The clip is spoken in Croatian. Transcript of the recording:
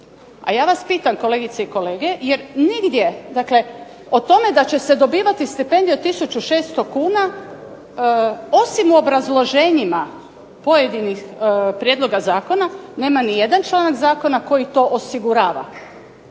A ja vas pitam, kolegice i kolege, o tome da će se dobivati stipendije od 1600 kuna osim u obrazloženjima pojedinih prijedloga zakona, nema ni jedan članak Zakona koji to osigurava.